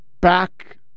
back